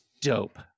Dope